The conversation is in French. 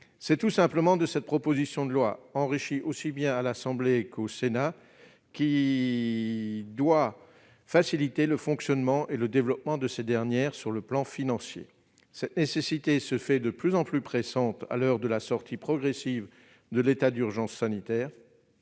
C'est tout l'intérêt de cette proposition de loi, enrichie tant à l'Assemblée nationale qu'au Sénat, qui doit faciliter le fonctionnement et le développement des associations d'un point de vue financier. Cette nécessité se fait de plus en plus pressante à l'heure de la sortie progressive de l'état d'urgence sanitaire